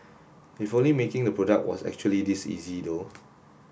if only making the product was actually this easy though